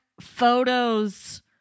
Photos